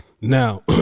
Now